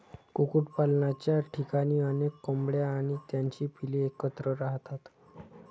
कुक्कुटपालनाच्या ठिकाणी अनेक कोंबड्या आणि त्यांची पिल्ले एकत्र राहतात